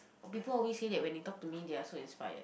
people always say that when they talk to me they are so inspired